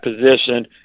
position